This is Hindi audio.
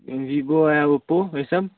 विवो है ओप्पो यह सब